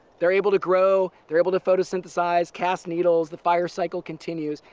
they're able to grow they're able to photosynthesize, cast needles the fire cycle continues.